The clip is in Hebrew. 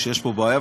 שיש פה בעיה,